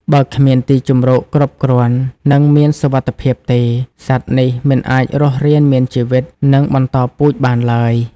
បើគ្មានទីជម្រកគ្រប់គ្រាន់ និងមានសុវត្ថិភាពទេ សត្វនេះមិនអាចរស់រានមានជីវិត និងបន្តពូជបានឡើយ។